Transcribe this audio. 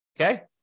okay